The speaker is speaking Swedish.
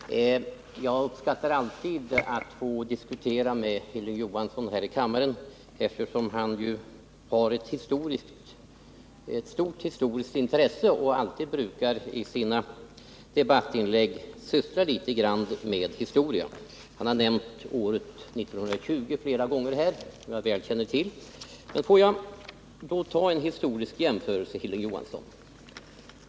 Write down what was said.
Herr talman! Jag uppskattar alltid att få diskutera med Hilding Johansson här i kammaren, eftersom han har ett stort historiskt intresse och alltid brukar anknyta till historien i sina debattinlägg. Han har åberopat året 1920 flera gånger i dag, och vad som hände då känner jag väl till. Nr 52 Tillåt också mig att göra en historisk jämförelse, Hilding Johansson.